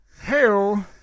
Hell